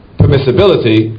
permissibility